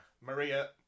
Maria